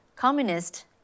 communist